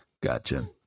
Gotcha